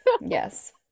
yes